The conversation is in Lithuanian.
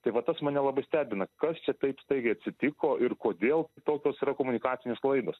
tai va tas mane labai stebina kas čia taip staigiai atsitiko ir kodėl tokios yra komunikacinės klaidos